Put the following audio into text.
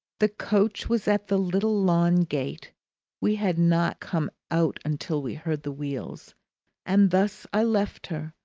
the coach was at the little lawn-gate we had not come out until we heard the wheels and thus i left her,